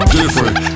different